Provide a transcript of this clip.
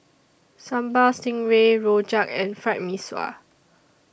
Sambal Stingray Rojak and Fried Mee Sua